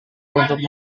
untuk